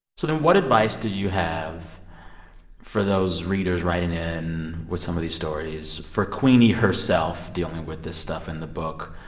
so then what advice do you have for those readers writing in with some of these stories, for queenie herself dealing with this stuff in the book?